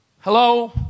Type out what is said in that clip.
Hello